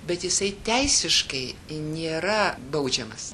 bet jisai teisiškai nėra baudžiamas